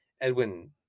Edwin